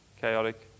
chaotic